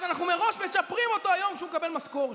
אז אנחנו מראש מצ'פרים אותו היום כשהוא מקבל משכורת.